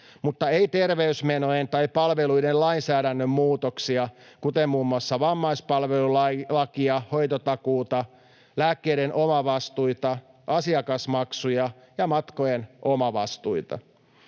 mutta ei terveysmenojen tai palveluiden lainsäädännön muutoksia, kuten muun muassa vammaispalvelulakia, hoitotakuuta, lääkkeiden omavastuita, asiakasmaksuja ja matkojen omavastuita.